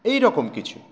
এই রকম কিছু